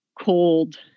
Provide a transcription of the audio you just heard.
cold